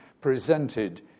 presented